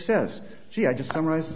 says she i just summarize